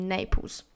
Naples